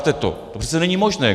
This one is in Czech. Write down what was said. To přece není možné.